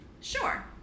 Sure